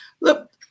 look